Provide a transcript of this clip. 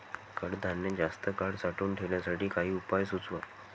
कडधान्य जास्त काळ साठवून ठेवण्यासाठी काही उपाय सुचवा?